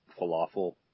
falafel